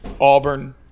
Auburn